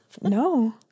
no